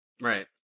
Right